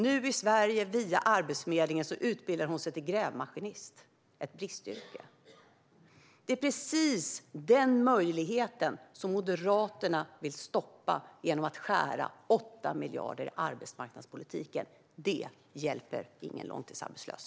Nu i Sverige utbildar hon sig via Arbetsförmedlingen till grävmaskinist, som är ett bristyrke. Det är precis möjligheter som denna som Moderaterna vill stoppa genom att skära 8 miljarder i arbetsmarknadspolitiken. Det hjälper ingen långtidsarbetslös.